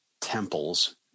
temples